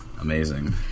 amazing